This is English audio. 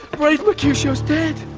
brave mercutio's dead.